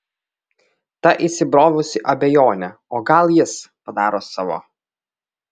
ta įsibrovusi abejonė o gal jis padaro savo